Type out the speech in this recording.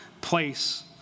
place